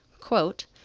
quote